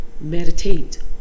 meditate